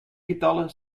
getallen